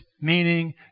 meaning